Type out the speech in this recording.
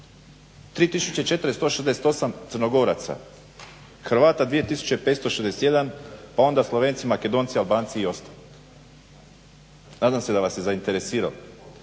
3 468 Crnogoraca, Hrvata 2 561 pa onda Slovenci, Makedonci, Albanci i ostalo. Nadam se da vas je zainteresiralo.